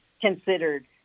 considered